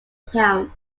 town